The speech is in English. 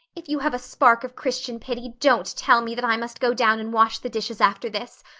if you have a spark of christian pity don't tell me that i must go down and wash the dishes after this.